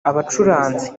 abacuranzi